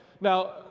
now